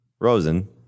Rosen